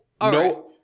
no